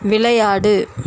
விளையாடு